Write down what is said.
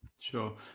Sure